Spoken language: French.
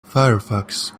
firefox